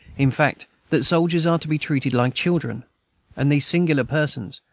in fact, that soldiers are to be treated like children and these singular persons,